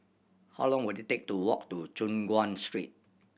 how long will it take to walk to Choon Guan Street